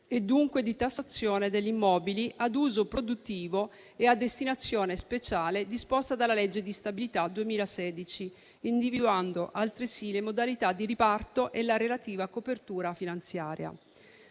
e dunque di tassazione degli immobili ad uso produttivo e a destinazione speciale disposta dalla legge di stabilità 2016, individuando altresì le modalità di riparto e la relativa copertura finanziaria.